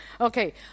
okay